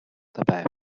dabei